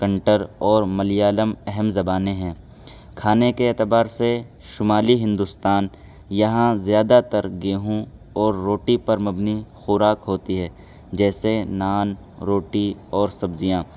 counter اور ملیالم اہم زبانیں ہیں کھانے کے اعتبار سے شمالی ہندوستان یہاں زیادہ تر گیہوں اور روٹی پر مبنی خوراک ہوتی ہے جیسے نان روٹی اور سبزیاں